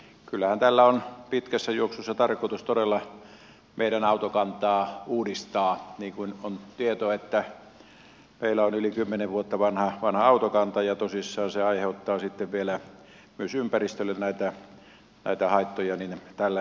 kyllähän tällä on pitkässä juoksussa tarkoitus todella meidän autokantaamme uudistaa kun on tieto että meillä on yli kymmenen vuotta vanha autokanta ja tosissaan se aiheuttaa sitten vielä myös ympäristölle näitä haittoja